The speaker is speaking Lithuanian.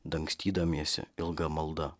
dangstydamiesi ilga malda